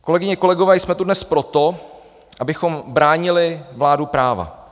Kolegyně, kolegové, jsme tu dnes proto, abychom bránili vládu práva.